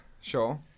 Sure